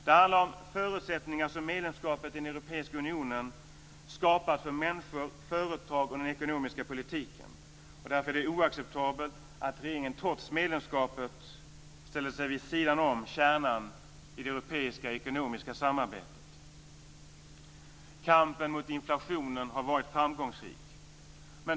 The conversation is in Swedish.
· Det handlar om de förutsättningar som medlemskapet i Europeiska unionen skapat för människor, för företag och för den ekonomiska politiken. Därför är det oacceptabelt att regeringen trots medlemskapet ställer sig vid sidan om kärnan i det europeiska ekonomiska samarbetet. · Kampen mot inflationen har varit framgångsrik.